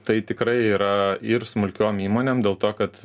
tai tikrai yra ir smulkiom įmonėm dėl to kad